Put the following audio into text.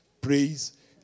Praise